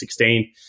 2016